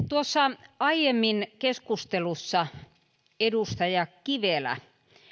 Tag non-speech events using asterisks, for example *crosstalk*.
*unintelligible* tuossa aiemmin keskustelussa edustaja kivelä